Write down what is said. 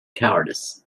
cowardice